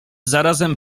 zarazem